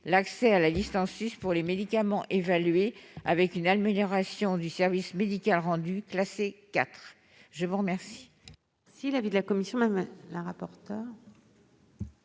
l'accès à la liste en sus pour les médicaments évalués avec un niveau d'amélioration du service médical rendu classé IV. Quel